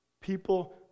People